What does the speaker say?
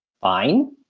fine